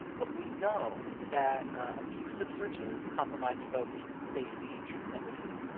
but we know that abusive searches compromise folks' safety tremendously.